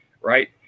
right